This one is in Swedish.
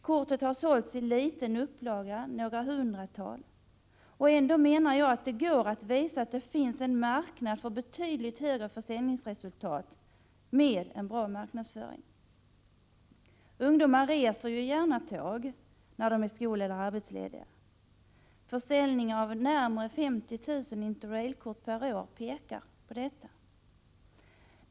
Korten har bara sålts i liten upplaga, några hundratal. Ändå menar jag att det går att visa att det finns en marknad för betydligt högre försäljningsresultat med en bra marknadsföring. Ungdomar reser ju gärna med tåg när de är skoleller arbetslediga. Försäljningen av närmare 50 000 Interrailkort per år pekar på detta.